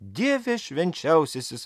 dieve švenčiausiasis